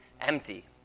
empty